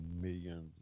millions